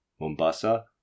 mombasa